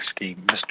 Mr